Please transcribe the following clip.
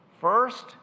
First